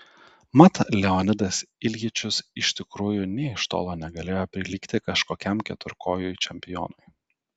mat leonidas iljičius iš tikrųjų nė iš tolo negalėjo prilygti kažkokiam keturkojui čempionui